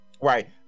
right